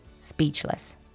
speechless